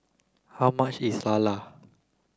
how much is Lala